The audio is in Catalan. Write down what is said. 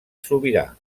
sobirà